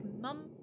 mum